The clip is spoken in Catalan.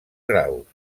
graus